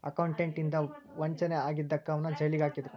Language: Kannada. ಅಕೌಂಟೆಂಟ್ ಇಂದಾ ವಂಚನೆ ಆಗಿದಕ್ಕ ಅವನ್ನ್ ಜೈಲಿಗ್ ಹಾಕಿದ್ರು